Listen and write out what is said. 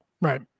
Right